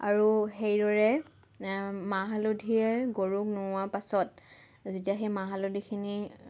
আৰু সেইদৰে মাহ হালধিৰে গৰুক নোওঁৱাৰ পাছত যেতিয়া সেই মাহ হালধিখিনি